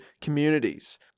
communities